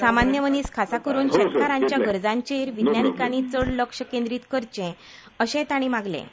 सामान्य मनिस खासा करून शेतकारांच्या गरजांचेर विज्ञानिकांनी चड लक्ष केंद्रीत करचें अशेंय तांणी मागलें